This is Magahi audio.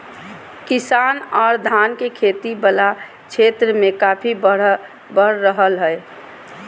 किसान आर धान के खेती वला क्षेत्र मे काफी बढ़ रहल हल